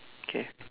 okay